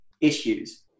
issues